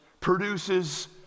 produces